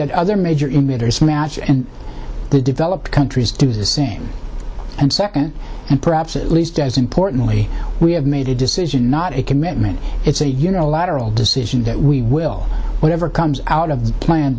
the other major emitters match and the developed countries do the same and second and perhaps at least as importantly we have made a decision not a commitment it's a unilateral decision that we will whatever comes out of the plant